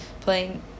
playing